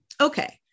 Okay